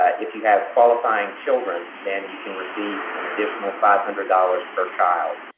if you have qualifying children, then you can receive an additional five hundred dollars per child.